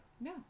No